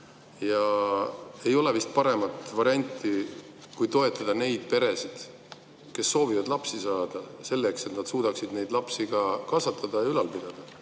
Ja ei ole vist paremat varianti kui toetada neid peresid, kes soovivad lapsi saada, selleks et nad suudaksid neid lapsi kasvatada ja ülal pidada.